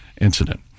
incident